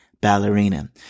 Ballerina